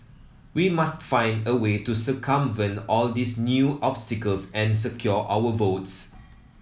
we must find a way to circumvent all these new obstacles and secure our votes